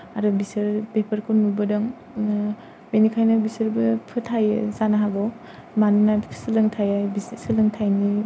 आरो बिसोर बेफोरखौ नुबोदों बेनिखायनो बिसोरबो फोथायो जानो हागौ मानोना सोलोंथाया बिसोर सोलोंथायनि